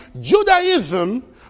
Judaism